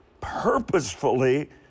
purposefully